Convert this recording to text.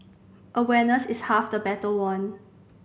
awareness is half the battle won